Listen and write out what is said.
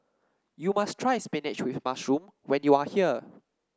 you must try spinach with mushroom when you are here